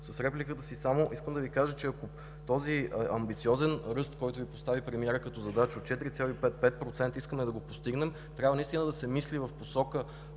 репликата си, искам да Ви кажа, че този амбициозен ръст, който Ви постави премиерът като задача от 4,5-5%, искаме да го постигнем и трябва наистина да се мисли в посока